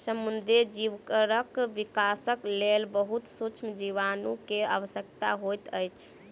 समुद्री सीवरक विकासक लेल बहुत सुक्ष्म जीवाणु के आवश्यकता होइत अछि